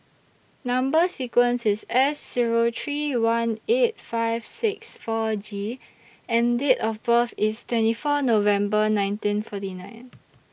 Number sequence IS S Zero three one eight five six four G and Date of birth IS twenty four November nineteen forty nine